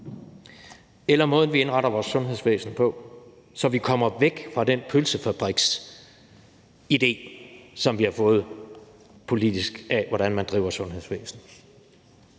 eller måden, vi indretter vores sundhedsvæsen på, så vi kommer væk fra den pølsefabriksidé, som vi har fået politisk, om, hvordan man driver sundhedsvæsen.